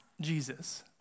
Jesus